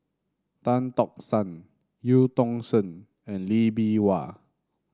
Tan Tock San Eu Tong Sen and Lee Bee Wah